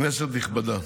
כנסת נכבדה,